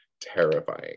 terrifying